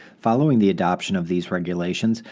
following the adoption of these regulations,